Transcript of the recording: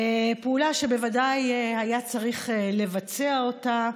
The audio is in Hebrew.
פעולה שוודאי היה צריך לבצע אותה.